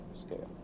scale